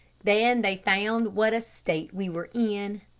then they found what a state we were in.